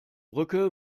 brücke